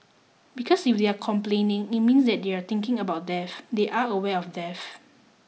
because if they are complaining it means they are thinking about death they are aware of death